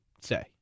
say